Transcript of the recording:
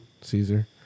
caesar